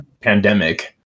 pandemic